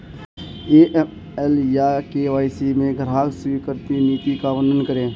AML या KYC में ग्राहक स्वीकृति नीति का वर्णन करें?